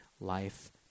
life